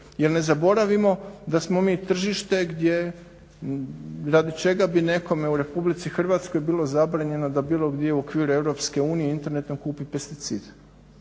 jer ne zaboravimo da smo mi tržište radi čega bi nekome u RH bilo zabranjeno da bilo gdje u okviru EU internetom kupi pesticid